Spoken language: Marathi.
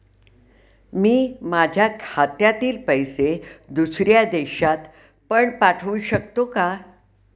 मी माझ्या खात्यातील पैसे दुसऱ्या देशात पण पाठवू शकतो का?